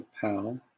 PAL